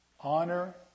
Honor